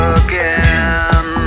again